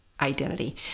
identity